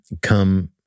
come